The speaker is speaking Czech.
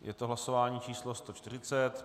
Je to hlasování číslo 140.